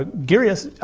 ah gary has,